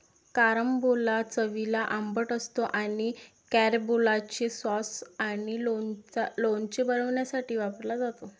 carambola चवीला आंबट असतो आणि कॅरंबोलाचे सॉस आणि लोणचे बनवण्यासाठी वापरला जातो